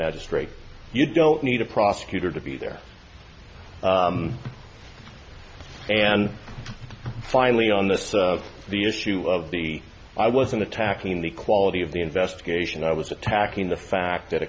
magistrate you don't need a prosecutor to be there and finally on this the issue of the i wasn't attacking the quality of the investigation i was attacking the fact that